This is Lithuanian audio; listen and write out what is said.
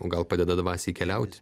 o gal padeda dvasiai keliauti